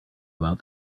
about